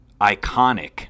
iconic